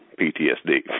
PTSD